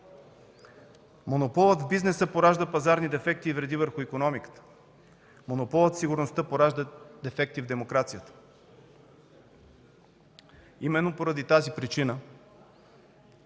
Монополът в бизнеса поражда пазарни дефекти и вреди върху икономиката. Монополът в сигурността поражда дефекти в демокрацията. Именно поради тази причина